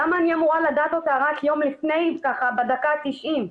למה אני אמורה לדעת עליה רק יום לפני בדקה ה-90?